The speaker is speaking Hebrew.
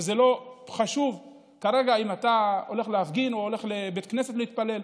וזה לא חשוב כרגע אם אתה הולך להפגין או הולך לבית כנסת להתפלל.